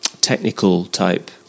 technical-type